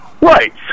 right